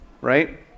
right